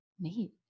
Neat